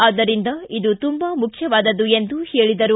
ಆದ್ದರಿಂದ ಇದು ತುಂಬಾ ಮುಖ್ಯವಾದದ್ದು ಎಂದು ಹೇಳಿದರು